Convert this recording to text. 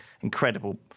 incredible